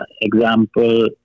Example